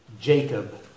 Jacob